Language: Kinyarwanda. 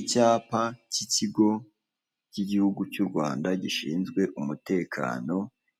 Icyapa cy'ikigo cy'igihugu cy'u Rwanda gishinzwe umutekano